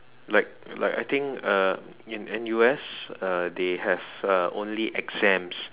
like like I think uh in N_U_S uh they have uh only exams